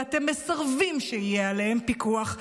ואתם מסרבים שיהיה עליהם פיקוח,